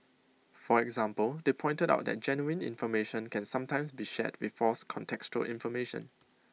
for example they pointed out that genuine information can sometimes be shared with false contextual information